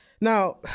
now